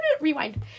Rewind